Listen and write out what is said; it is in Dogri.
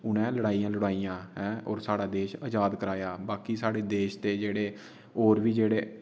उने लड़ाईयां लड़ोाइयां हैं और साढ़ा देश अजाद कराया बाकि साढ़े देश दे जेह्ड़े और बी जेह्ड़े